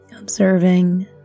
Observing